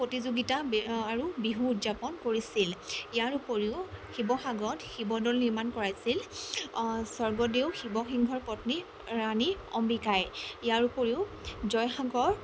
প্ৰতিযোগীতা আৰু বিহু উদযাপন কৰিছিল ইয়াৰ উপৰিও শিৱসাগৰত শিৱদ'ল নিৰ্মাণ কৰাইছিল স্বৰ্গদেউ শিৱসিংহৰ পত্নী ৰাণী অম্বিকাই ইয়াৰ উপৰিও জয়সাগৰ